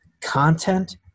content